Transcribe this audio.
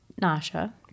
Nasha